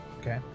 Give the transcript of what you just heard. Okay